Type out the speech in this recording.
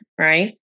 Right